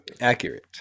Accurate